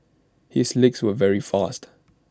his legs were very fast